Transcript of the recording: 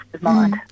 mind